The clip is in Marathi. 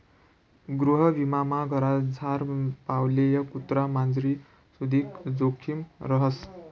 गृहविमामा घरमझार पाळेल कुत्रा मांजरनी सुदीक जोखिम रहास